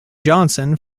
johnson